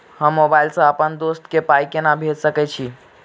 हम मोबाइल सअ अप्पन दोस्त केँ पाई केना भेजि सकैत छी?